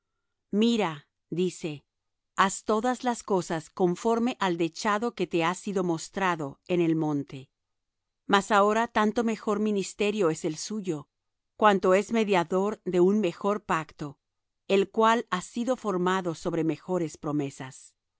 mira dice haz todas las cosas conforme al dechado que te ha sido mostrado en el monte mas ahora tanto mejor ministerio es el suyo cuanto es mediador de un mejor pacto el cual ha sido formado sobre mejores promesas